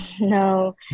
No